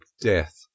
death